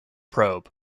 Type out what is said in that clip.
probe